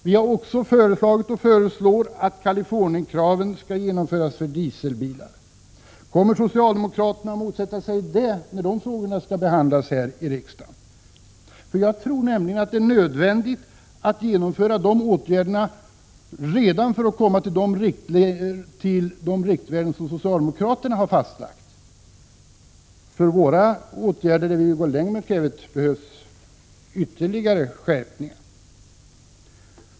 Vi har också föreslagit att Kalifornienkrav skall införas för dieselbilar. Kommer socialdemokraterna att motsätta sig detta när dessa frågor skall behandlas i riksdagen? Jag tror att det är nödvändigt att genomföra dessa åtgärder redan nu för att nå de riktvärden som socialdemokraterna har fastlagt. Vi vill gå längre när det gäller kväveutsläppen, och för det behövs ytterligare skärpningar.